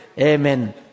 Amen